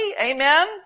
Amen